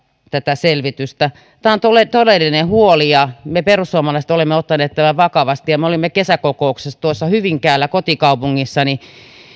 tätä selvitystä tämä on todellinen huoli ja me perussuomalaiset olemme ottaneet tämän vakavasti me olimme kesäkokouksessa hyvinkäällä kotikaupungissani